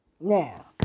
Now